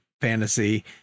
fantasy